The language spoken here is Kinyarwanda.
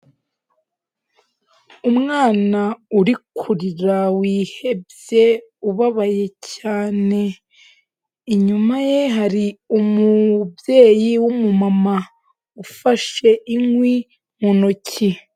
Umwana uri kurira wihebye ubabaye cyane, inyuma ye hari umubyeyi w'umumama ufashe inkwi mu ntoki.